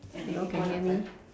hello can hear me